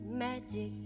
Magic